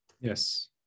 Yes